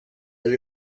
but